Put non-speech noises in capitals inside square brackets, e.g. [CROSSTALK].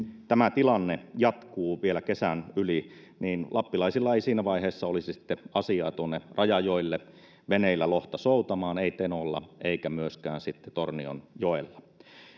[UNINTELLIGIBLE] tämä tilanne jatkuu vielä kesän yli niin lappilaisilla ei siinä vaiheessa olisi sitten asiaa tuonne rajajoille veneillä lohta soutamaan ei tenolla eikä myöskään sitten tornionjoella